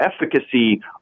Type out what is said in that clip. efficacy